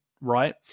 right